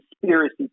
conspiracy